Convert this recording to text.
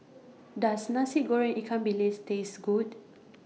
Does Nasi Goreng Ikan Bilis Taste Good